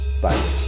Bye